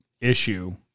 issue